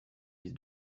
mise